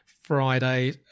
Friday